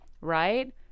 Right